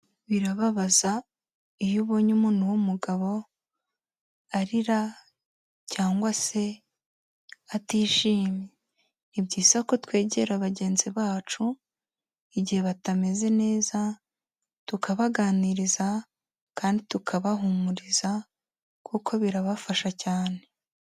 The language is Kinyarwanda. Birababaza iyo ubonye umuntu w'umugabo arira cyangwa se atishimye, ni byiza ko twegera bagenzi bacu igihe batameze neza tukabaganiriza, kandi tukabahumuriza kuko birabafasha cyane.